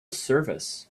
service